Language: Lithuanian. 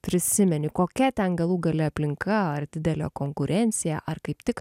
prisimeni kokia ten galų gale aplinka ar didelė konkurencija ar kaip tik